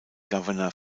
gouverneur